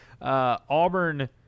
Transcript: Auburn